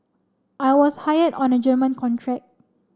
I was hired on a German contract